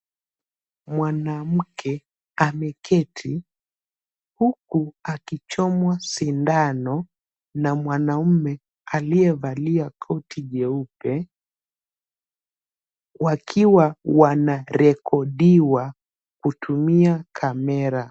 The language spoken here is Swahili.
Mwanamke ameketi huku akichomwa sindano na mwanaume aliyevalia koti jeupe, wakiwa wanarekodiwa kutumia kamera.